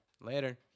Later